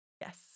Yes